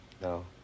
No